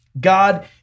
God